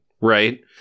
right